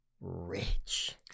rich